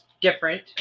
different